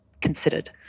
considered